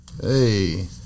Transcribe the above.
Hey